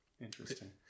Interesting